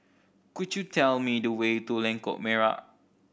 could you tell me the way to Lengkok Merak